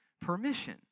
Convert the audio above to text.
permission